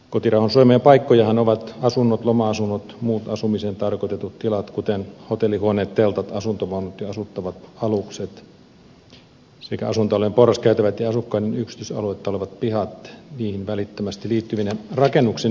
kotirauhan suomia paikkojahan ovat asunnot loma asunnot muut asumiseen tarkoitetut tilat kuten hotellihuoneet teltat asuntovaunut ja asuttavat alukset sekä asuintalojen porraskäytävät ja asukkaiden yksityisaluetta olevat pihat niihin välittömästi liittyvine rakennuksineen